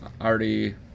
already